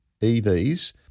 EVs